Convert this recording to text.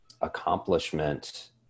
accomplishment